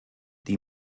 die